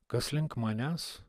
kas link manęs